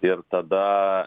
ir tada